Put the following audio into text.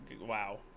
wow